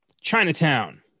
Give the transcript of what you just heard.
Chinatown